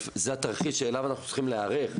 זה התרחיש אליו אנחנו צריכים להיערך.